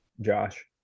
Josh